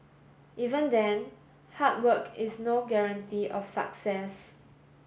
even then hard work is no guarantee of success